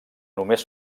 només